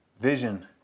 vision